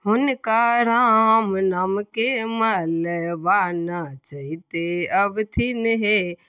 हुनका राम नामके मालाबा नचैते अबथिन हे